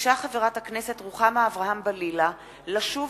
ביקשה חברת הכנסת רוחמה אברהם-בלילא לשוב